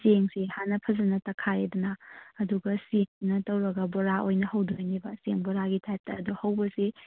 ꯆꯦꯡꯁꯤ ꯍꯥꯟꯅ ꯐꯖꯅ ꯇꯛꯈꯥꯏꯔꯦꯗꯅ ꯑꯗꯨꯒ ꯆꯦꯡꯁꯤꯅ ꯇꯧꯔꯒ ꯕꯣꯔꯥ ꯑꯣꯏꯅ ꯍꯧꯗꯣꯏꯅꯦꯕ ꯆꯦꯡ ꯕꯣꯔꯥꯒꯤ ꯇꯥꯏꯞꯇ ꯑꯗꯨ ꯍꯧꯕꯁꯤ